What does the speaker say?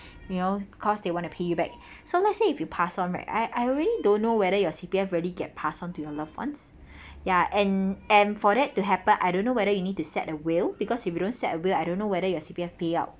you know because they want to pay you back so let's say if you pass on right I I really don't know whether your C_P_F really get passed on to your loved ones ya and and for that to happen I don't know whether you need to set a will because if you don't set a will I don't know whether your C_P_F payout